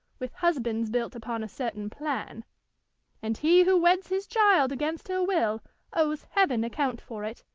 with husbands built upon a certain plan and he who weds his child against her will owes heaven account for it,